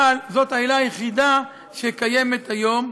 אבל זאת העילה היחידה שקיימת היום.